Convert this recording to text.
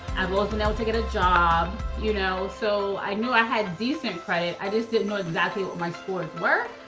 i've always been able to get a job. you know so i knew i had decent credit. i just didn't know exactly what my scores were,